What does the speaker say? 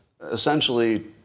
essentially